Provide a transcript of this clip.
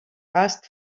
asked